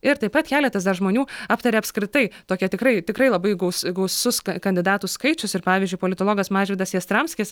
ir taip pat keletas dar žmonių aptarė apskritai tokią tikrai tikrai labai gausu gausus kandidatų skaičius ir pavyzdžiui politologas mažvydas jastramskis